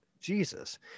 jesus